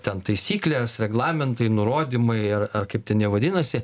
ten taisyklės reglamentai nurodymai ir kaip ten jie vadinasi